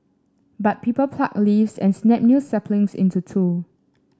but people pluck leaves and snap new saplings into two